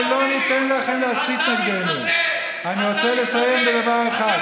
שמך לא ישראל, תאמין לי, אתה מתחזה.